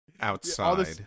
Outside